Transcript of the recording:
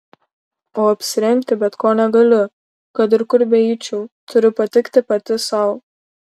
o apsirengti bet ko negaliu kad ir kur beeičiau turiu patikti pati sau